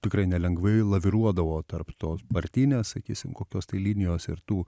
tikrai nelengvai laviruodavo tarp tos partinės sakysim kokios tai linijos ir tų